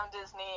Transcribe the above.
disney